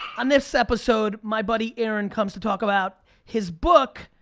on this episode, my buddy aaron comes to talk about his book,